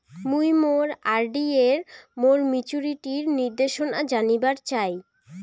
মুই মোর আর.ডি এর মোর মেচুরিটির নির্দেশনা জানিবার চাই